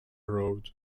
road